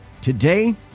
Today